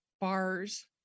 bars